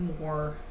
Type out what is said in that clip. more